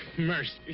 mercy.